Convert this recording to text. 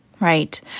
right